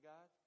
God